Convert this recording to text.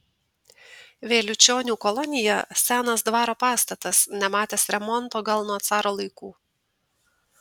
vėliučionių kolonija senas dvaro pastatas nematęs remonto gal nuo caro laikų